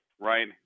right